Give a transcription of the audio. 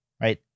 right